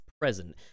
present